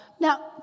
Now